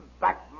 back